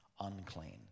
unclean